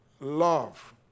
love